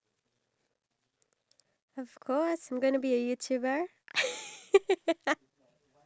ya imovie but then the only problem I have is that I haven't really